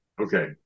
Okay